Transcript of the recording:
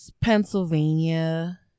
pennsylvania